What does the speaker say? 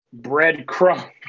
breadcrumb